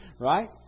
Right